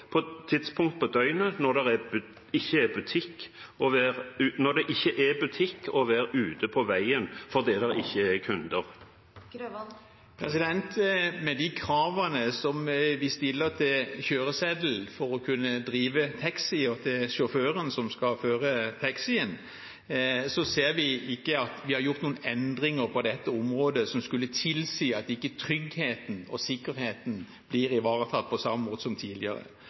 på et tidspunkt på døgnet da det ikke er butikk å være ute på veien fordi det ikke er kunder? Med de kravene vi stiller til kjøreseddel for å kunne drive taxi, og til sjåførene som skal føre taxien, ser vi ikke at vi har gjort noen endringer på dette området som skulle tilsi at ikke tryggheten og sikkerheten blir ivaretatt på samme måte som tidligere.